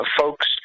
folks